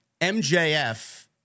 MJF